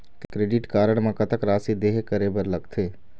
Credit card म कतक राशि देहे करे बर लगथे?